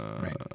Right